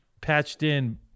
patched-in